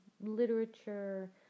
literature